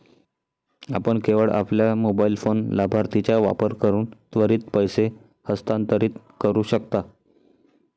आपण केवळ आपल्या मोबाइल फोन लाभार्थीचा वापर करून त्वरित पैसे हस्तांतरित करू शकता